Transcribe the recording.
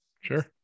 sure